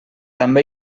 també